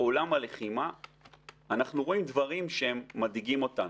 עולם הלחימה אנחנו רואים דברים שהם מדאיגים אותנו.